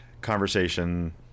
conversation